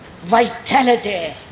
vitality